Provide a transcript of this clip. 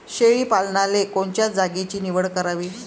शेळी पालनाले कोनच्या जागेची निवड करावी?